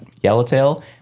yellowtail